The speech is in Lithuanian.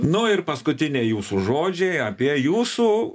nu ir paskutiniai jūsų žodžiai apie jūsų